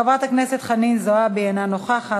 חברת הכנסת חנין זועבי, אינה נוכחת.